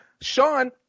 Sean